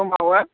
दंबावो